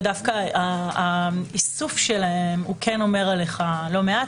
דווקא האיסוף שלהם כן אומר עליך לא מעט.